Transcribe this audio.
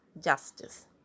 Justice